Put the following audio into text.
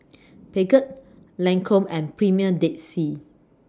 Peugeot Lancome and Premier Dead Sea